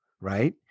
right